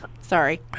Sorry